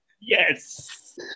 yes